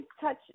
touch